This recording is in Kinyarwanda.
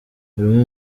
harimo